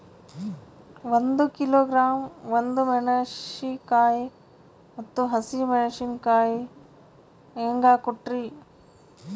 ಒಂದ ಕಿಲೋಗ್ರಾಂ, ಒಣ ಮೇಣಶೀಕಾಯಿ ಮತ್ತ ಹಸಿ ಮೇಣಶೀಕಾಯಿ ಹೆಂಗ ಕೊಟ್ರಿ?